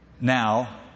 Now